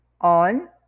on